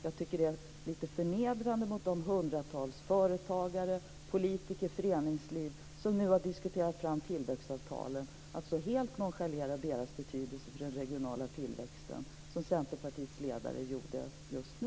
Jag tycker att det är lite förnedrande för de hundratals företagare, politiker och föreningslivsföreträdare som nu har diskuterat fram tillväxtavtalen att så helt som Centerpartiets ledare nyss gjorde nonchalera deras betydelse för den regionala tillväxten.